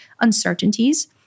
uncertainties